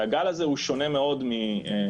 שהגל הזה הוא שונה מאוד מקודמיו.